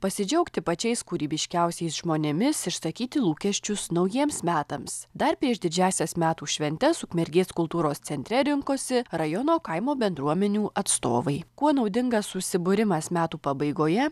pasidžiaugti pačiais kūrybiškiausiais žmonėmis išsakyti lūkesčius naujiems metams dar prieš didžiąsias metų šventes ukmergės kultūros centre rinkosi rajono kaimo bendruomenių atstovai kuo naudingas susibūrimas metų pabaigoje